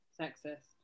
sexist